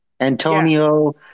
Antonio